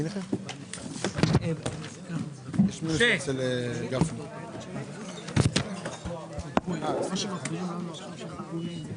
הישיבה ננעלה בשעה 13:40.